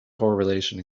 correlation